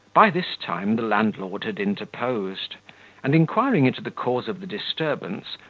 by this time the landlord had interposed and, inquiring into the cause of the disturbance,